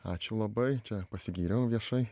ačiū labai čia pasigyriau viešai